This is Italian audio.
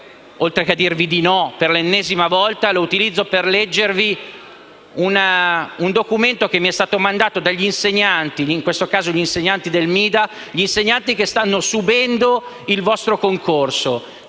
oltre che per dirvi di no per l'ennesima volta, per leggervi un documento che ci è stato mandato dagli insegnanti, in questo caso del Mida, che stanno subendo il vostro concorso.